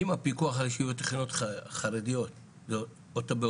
האם הפיקוח על ישיבות אחרות חרדיות זה באותה